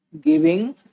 giving